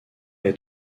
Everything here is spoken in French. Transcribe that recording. est